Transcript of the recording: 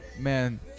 Man